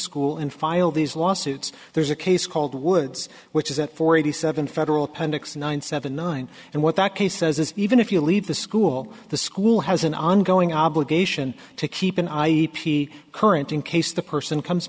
school and file these lawsuits there's a case called woods which is at forty seven federal pen dix nine seven nine and what that case says is even if you leave the school the school has an ongoing obligation to keep an eye e p current in case the person comes